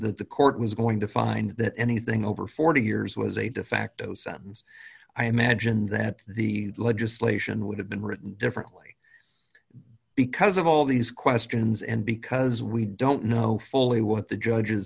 that the court was going to find that anything over forty years was a de facto sons i imagine that the legislation would have been written differently because of all these questions and because we don't know fully what the judge